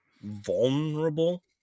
vulnerable –